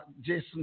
Jason